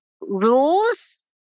rules